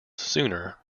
sooner